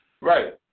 Right